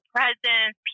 Presence